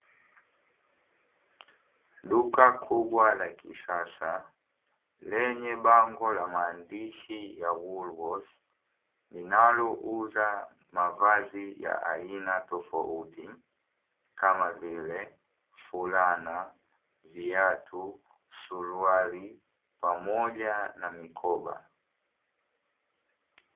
Duka kubwa la kisasa lenye bango la maandishi ya (WOOLWORTHS), linalouza mavazi ya aina tofauti kama vile: fulana, viatu, suruali pamoja na mikoba.